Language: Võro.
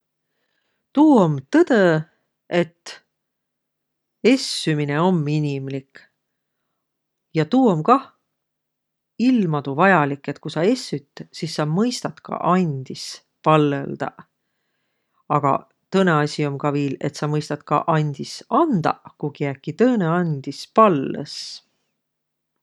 Tuu om tõdõ, et essümine om inimlik. Ja tuu om kah, ilmadu vajalik, et ku sa essüt, sis sa mõistat ka andis pallõldaq. Aga tõnõ asi um ka viil, et sa mõistat ka andis andaq, ku kiäki tõõnõ andis pallõs.